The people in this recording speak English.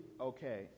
okay